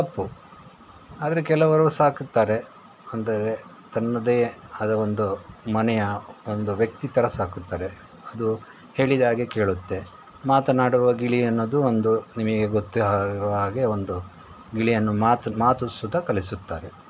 ತಪ್ಪು ಆದರೆ ಕೆಲವರು ಸಾಕುತ್ತಾರೆ ಅಂದರೆ ತನ್ನದೇ ಆದ ಒಂದು ಮನೆಯ ಒಂದು ವ್ಯಕ್ತಿ ಥರ ಸಾಕುತ್ತಾರೆ ಅದು ಹೇಳಿದ ಹಾಗೆ ಕೇಳುತ್ತೆ ಮಾತನಾಡುವ ಗಿಳಿ ಅನ್ನೋದು ಒಂದು ನಿಮಗೆ ಗೊತ್ತೇ ಇರುವ ಹಾಗೆ ಒಂದು ಗಿಳಿಯನ್ನು ಮಾತು ಮಾತು ಸುದಾ ಕಲಿಸುತ್ತಾರೆ